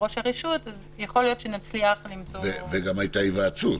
ראש הרשות אז יכול להיות שנצליח למצוא --- וגם הייתה היוועצות.